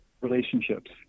relationships